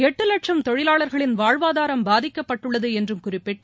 எட்டு லட்சம் தொழிலாளர்களின் வாழ்வாதாரம் பாதிக்கப்பட்டுள்ளது என்றும் குறிப்பிட்டு